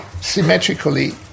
symmetrically